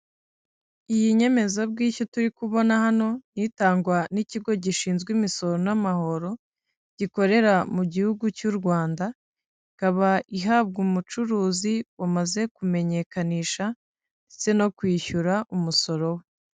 Iyi nyemezabwishyu turi kubona hano ni itangwa n'ikigo gishinzwe imisoro n'amahoro gikorera mu gihugu cy'u Rwanda, ikaba ihabwa umucuruzi wamaze kumenyekanisha ndetse no kwishyura umusoro we.